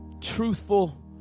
truthful